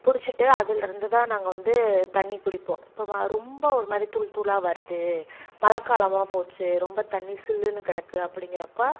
பிடிச்சிட்டு அதுலேருந்துதான் நாங்கள் வந்து தண்ணி குடிப்போம் இப்போ ரொம்ப ஒரு மாதிரி தூள் தூளாக வருது மழை காலமாக போச்சு ரொம்ப தண்ணி சில்லுனு கிடக்கு அப்படிங்கிறப்ப